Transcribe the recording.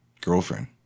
girlfriend